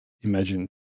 imagine